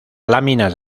láminas